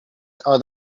are